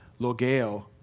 logeo